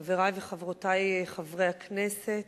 חברי וחברותי חברי הכנסת,